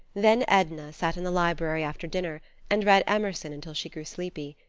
then edna sat in the library after dinner and read emerson until she grew sleepy.